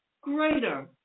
greater